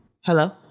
Hello